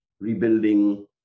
rebuilding